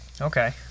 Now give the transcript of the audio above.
Okay